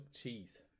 cheese